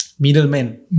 middleman